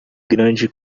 grande